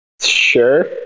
Sure